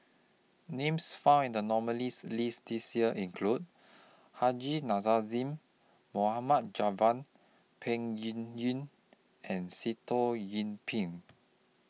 Names found in The nominees' list This Year include Haji Nazazie Mohamed Javad Peng Yuyun and Sitoh Yih Pin